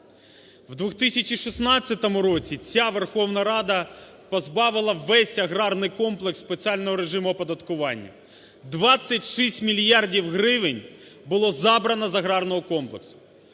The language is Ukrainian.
В 2016 році ця Верховна Рада позбавила весь аграрний комплекс спеціального режиму оподаткування, 26 мільярдів гривень було забрано з аграрного комплексу.